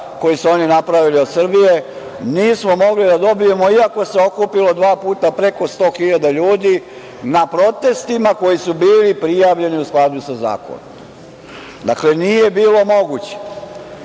koji su oni napravili od Srbije, nismo mogli da dobijemo iako se okupilo dva puta preko 100.000 ljudi na protestima koji su bili prijavljeni u skladu sa zakonom. Dakle, nije bilo moguće. Od